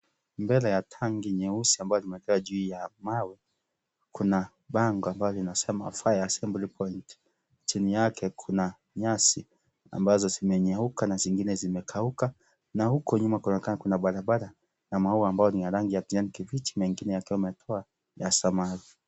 Mbele ya tangi nyeusi ambaye imeekwa juu ya mawe kuna bango ambalo linasema fire assembly point, chini yake kuna nyasi ambazo zimenyeuka na zingine zime kauka na huko nyuma kunakaa kuna barabara na maua ambayo ni ya rangi ya kijani kibichi na mengine yakiwa ya samawati.